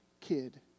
kid